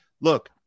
look